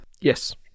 Yes